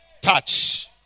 touch